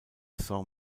saint